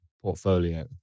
portfolio